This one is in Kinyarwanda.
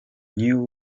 new